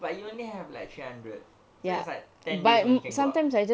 but you only have like three hundred so it's like ten days only can go out